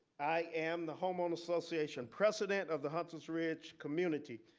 i am the homeowner association president of the hunter's ridge community.